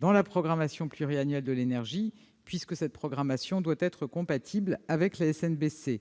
dans la programmation pluriannuelle de l'énergie, puisque celle-ci doit être compatible avec la SNBC.